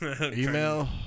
Email